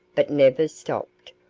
but never stopped,